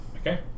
Okay